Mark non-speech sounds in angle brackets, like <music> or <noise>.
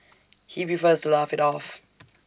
he prefers to laugh IT off <noise>